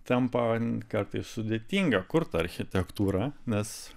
tampa kartais sudėtinga kur ta architektūra nes